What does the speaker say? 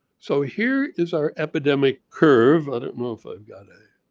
so here is our epidemic curve, i don't know if i've got a